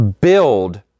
build